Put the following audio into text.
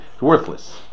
Worthless